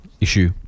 issue